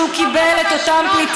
מנחם בגין אמר כשהוא קיבל את אותם פליטים